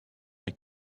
est